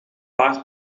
paar